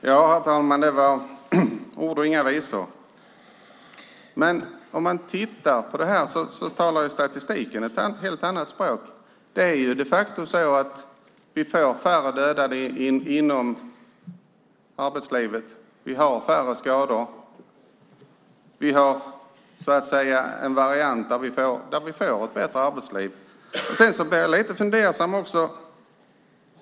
Herr talman! Det var ord och inga visor! Om man tittar på det här ser man att statistiken talar ett helt annat språk. Det är de facto så att vi fått färre dödade inom arbetslivet. Vi har färre skador. Vi har så att säga en variant där vi får ett bättre arbetsliv. Sedan blir jag lite fundersam.